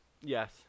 yes